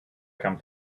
come